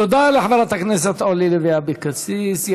תודה לחברת הכנסת אורלי לוי אבקסיס.